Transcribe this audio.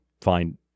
find